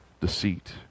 deceit